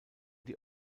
die